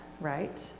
right